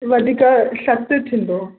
वधीक सख़्तु थींदो